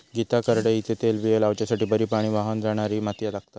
गीता करडईचे तेलबिये लावच्यासाठी बरी पाणी व्हावन जाणारी माती लागता